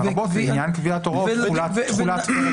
לרבות לעניין קביעת הוראות תחולת פרק ד'.